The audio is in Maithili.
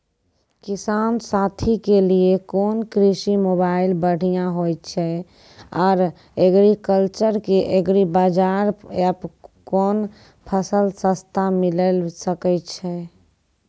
किसान साथी के लिए कोन कृषि मोबाइल बढ़िया होय छै आर एग्रीकल्चर के एग्रीबाजार एप कोन फसल सस्ता मिलैल सकै छै?